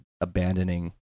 abandoning